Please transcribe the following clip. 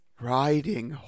riding